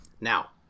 Now